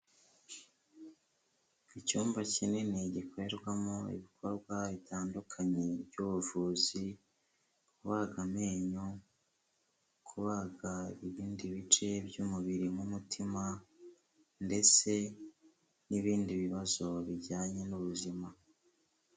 cyumba kinini gikorerwamo ibikorwa bitandukanye by'ubuvuzi; kubaga amenyo, kubaga ibindi bice by'umubiri nk'umutima ndetse n'ibindi bibazo bijyanye n'ubuzima.